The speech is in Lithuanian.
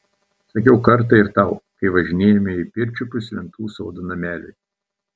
sakiau kartą ir tau kai važinėjome į pirčiupius lentų sodo nameliui